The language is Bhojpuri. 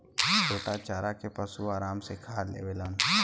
छोटा चारा के पशु आराम से खा लेवलन